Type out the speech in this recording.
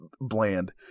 bland